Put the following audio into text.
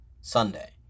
Sunday